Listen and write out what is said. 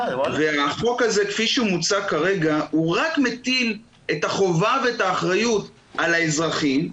הצעת החוק רק מטילה את החובה ואת האחריות על האזרחים.